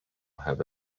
have